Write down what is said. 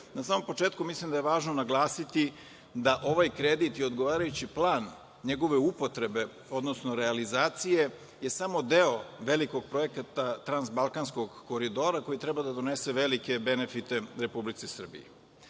na samom početku mislim da je važno naglasiti da ovaj kredit i odgovarajući plan njegove upotrebe, odnosno realizacije je samo deo velikog projekta Transbalkanskog koridora koji treba da donese velike benefite Republici Srbiji. Čitav